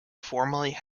formerly